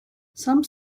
some